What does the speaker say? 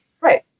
Right